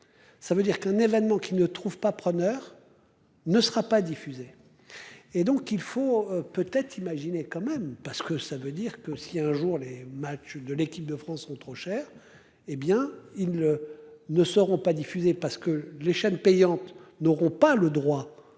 Ça veut dire qu'un événement qui ne trouvent pas preneur ne sera pas diffusé. Et donc il faut peut-être imaginer quand même parce que ça veut dire que si un jour les matchs de l'équipe de France sont trop cher, hé bien ils. Ne seront pas diffusée parce que les chaînes payantes n'auront pas le droit de